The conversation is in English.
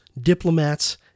diplomats